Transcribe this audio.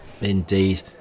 Indeed